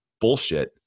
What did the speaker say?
bullshit